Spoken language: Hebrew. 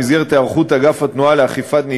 במסגרת היערכות אגף התנועה לאכיפת איסור